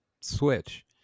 Switch